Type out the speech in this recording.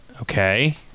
okay